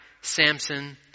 Samson